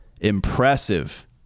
impressive